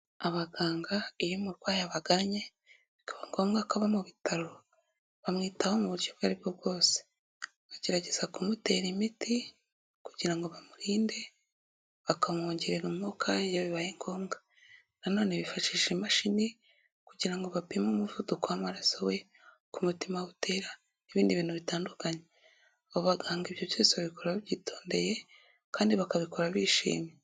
Abaganga iyo umurwayi abagannye, bikaba ngombwa ko aba mu bitaro, bamwitaho mu buryo ubwo ari bwo bwose. Bagerageza kumutera umiti, kugira ngo bamurinde, bakamwongerera umwuka iyo bibaye ngombwa. Na none bifashisha imashini, kugira ngo bapime umuvuduko w'amaraso we, uku umutima we utera, n'ibindi bintu bitandukanye. Abo baganga ibyo byose babikora babyitondeye, kandi bakabikora bishimye.